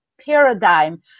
paradigm